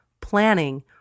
planning